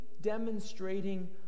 demonstrating